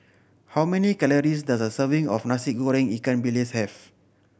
how many calories does a serving of Nasi Goreng ikan bilis have